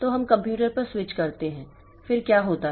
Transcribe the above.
तो हम कंप्यूटर पर स्विच करते हैं फिर क्या होता है